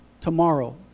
tomorrow